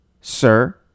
sir